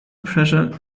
pressure